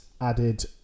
Added